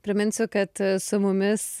priminsiu kad su mumis